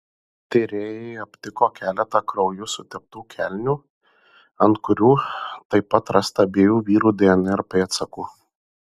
tyrėjai aptiko keletą krauju suteptų kelnių ant kurių taip pat rasta abiejų vyrų dnr pėdsakų